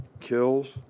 kills